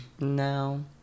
No